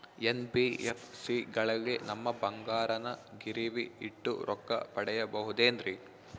NBFC ಗಳಲ್ಲಿ ನಮ್ಮ ಬಂಗಾರನ ಗಿರಿವಿ ಇಟ್ಟು ರೊಕ್ಕ ಪಡೆಯಬಹುದೇನ್ರಿ?